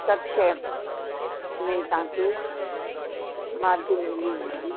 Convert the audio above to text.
सभु शइ हिन ई तव्हांखे मार्जिन मिली वेंदी